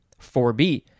4B